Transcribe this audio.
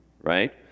right